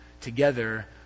together